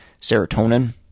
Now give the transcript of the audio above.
serotonin